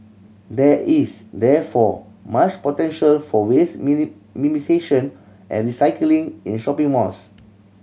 there is therefore much potential for waste minimisation and recycling in shopping malls